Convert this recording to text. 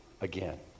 again